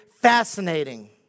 fascinating